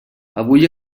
avui